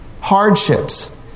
hardships